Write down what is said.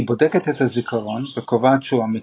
היא בודקת את הזיכרון וקובעת שהוא אמיתי,